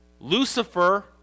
Lucifer